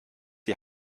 die